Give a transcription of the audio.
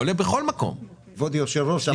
הוא עולה בכל מקום --- כבוד היושב ראש,